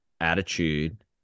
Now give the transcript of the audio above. attitude –